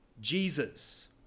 Jesus